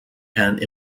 and